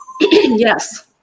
Yes